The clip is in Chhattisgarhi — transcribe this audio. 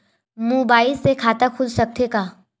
मुबाइल से खाता खुल सकथे का?